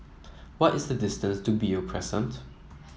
what is the distance to Beo Crescent